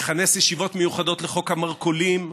מכנס ישיבות מיוחדות לחוק המרכולים,